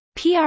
PR